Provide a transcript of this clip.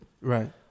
Right